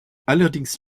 allerdings